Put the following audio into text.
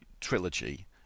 trilogy